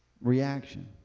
reaction